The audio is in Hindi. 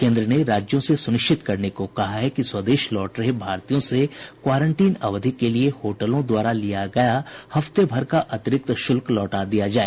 केन्द्र ने राज्यों से सुनिश्चित करने को कहा है कि स्वदेश लौट रहे भारतीयों से क्वारंटीन अवधि के लिए होटलों द्वारा लिया गया हफ्तेभर का अतिरिक्त शुल्क लौटा दिया जाए